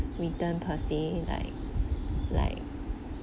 return per se like like